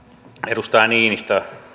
edustaja niinistö